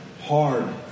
hard